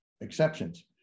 exceptions